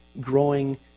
growing